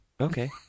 Okay